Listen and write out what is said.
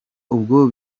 ubwo